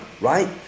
right